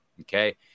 Okay